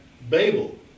Babel